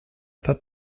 pas